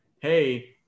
hey